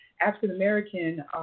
African-American